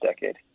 decade